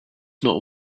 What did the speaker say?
not